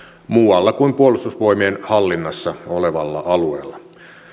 muualla kuin puolustusvoimien hallinnassa olevalla alueella